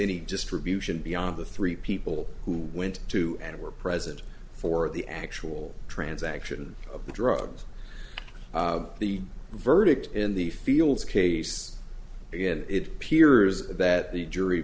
any distribution beyond the three people who went to and were present for the actual transaction of the drugs the verdict in the fields case again it appears that the jury